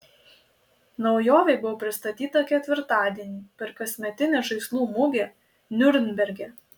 naujovė buvo pristatyta ketvirtadienį per kasmetinę žaislų mugę niurnberge